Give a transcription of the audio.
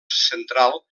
central